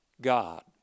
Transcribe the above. God